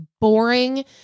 boring